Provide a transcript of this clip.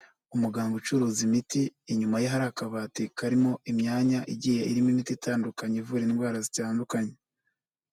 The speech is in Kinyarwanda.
Umuganga ucuruza imiti, inyuma ye hari akabati karimo imyanya igiye irimo imiti itandukanye ivura indwara zitandukanye.